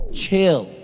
chill